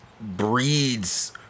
breeds